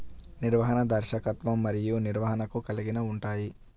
నిర్వహణ, దర్శకత్వం మరియు నిర్వహణను కలిగి ఉంటాయి